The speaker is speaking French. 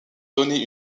donner